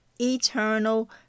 eternal